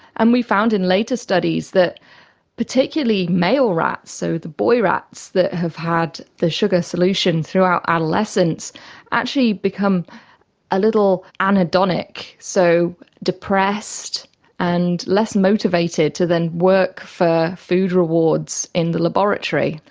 and we found in later studies that particularly male rats, so boy rats that have had the sugar solution throughout adolescence actually become a little anhedonic, so depressed and less motivated to then work for food rewards in the laboratory.